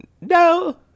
No